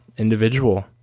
individual